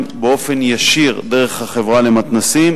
באופן ישיר דרך החברה למתנ"סים,